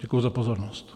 Děkuji za pozornost.